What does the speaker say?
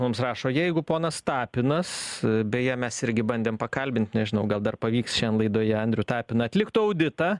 mums rašo jeigu ponas tapinas beje mes irgi bandėm pakalbint nežinau gal dar pavyks šiandien laidoje andrių tapiną atliktų auditą